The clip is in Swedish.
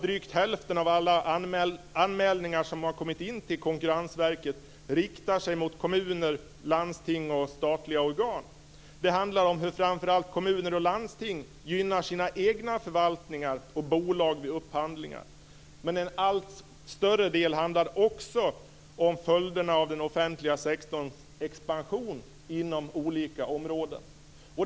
Drygt hälften av alla anmälningar som inkommit till Konkurrensverket riktas faktiskt mot kommuner, landsting och statliga organ. Det handlar om hur framför allt kommuner och landsting vid upphandlingar gynnar sina egna förvaltningar och bolag. En allt större del av anmälningarna handlar om följderna av den offentliga sektorns expansion inom olika områden.